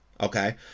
okay